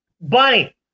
Bunny